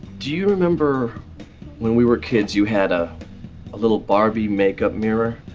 do you remember when we were kids you had a little barbie makeup mirror?